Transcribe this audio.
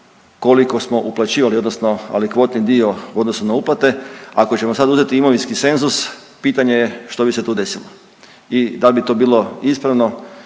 koliko smo uplaćivali odnosno alikvotni dio u odnosu na uplatu ako ćemo sad uzeti imovinski senzus pitanje je što bi se tu desilo i dal bi to bilo ispravno,